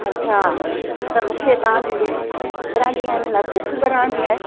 अच्छा त मूंखे तव्हां जी टैक्सी पंद्रहंनि ॾींहंनि लाइ बुक कराइणी आहे